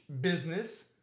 business